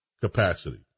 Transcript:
capacity